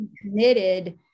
committed